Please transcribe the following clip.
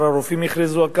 הרופאים כבר הכריזו על כך,